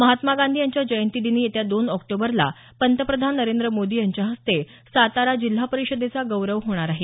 महात्मा गांधी यांच्या जयंती दिनी येत्या दोन ऑक्टोबरला पंतप्रधान नरेंद्र मोदी यांच्या हस्ते सातारा जिल्हा परिषदेचा गौरव होणार आहे